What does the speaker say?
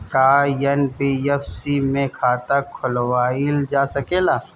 का एन.बी.एफ.सी में खाता खोलवाईल जा सकेला?